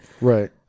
Right